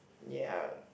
ya